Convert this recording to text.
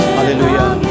Hallelujah